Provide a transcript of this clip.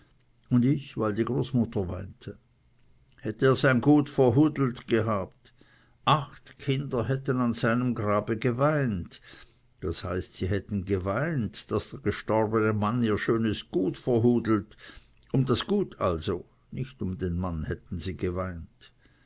und ich weil die großmutter weinte hätte er sein gut verhudelt gehabt acht kinder hätten an seinem grabe geweint das heißt sie hätten geweint daß der gestorbene mann ihr schönes gut verhudelt um das gut also nicht um den mann hätten sie geweint